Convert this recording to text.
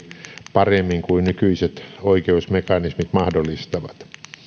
paremmin kuin mitä nykyiset oikeusmekanismit mahdollistavat